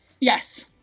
Yes